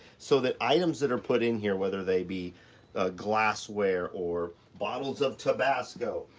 so the items that are put in here, whether they be glassware, or bottles of tabasco,